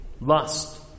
lust